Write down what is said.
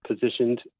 positioned